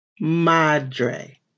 Madre